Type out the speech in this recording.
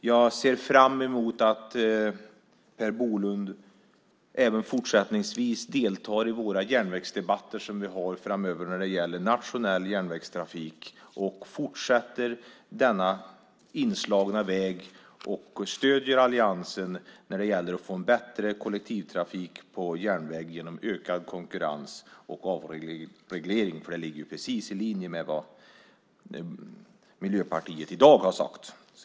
Jag ser fram emot att Per Bolund även fortsättningsvis deltar i våra järnvägsdebatter framöver när det gäller nationell järnvägstrafik och fortsätter denna inslagna väg och stöder alliansen när det gäller att få en bättre kollektivtrafik på järnväg genom ökad konkurrens och avreglering. Det ligger ju precis i linje med vad Miljöpartiet i dag har sagt.